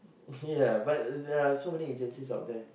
ya but there are so many agencies out there